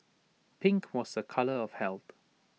pink was A colour of health